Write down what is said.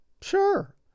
Sure